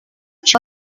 ciò